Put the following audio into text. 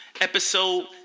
episode